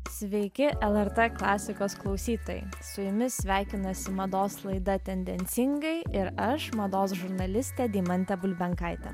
sveiki lrt klasikos klausytojai su jumis sveikinasi mados laida tendencingai ir aš mados žurnalistė deimantė bulbenkaitė